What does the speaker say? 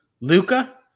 Luca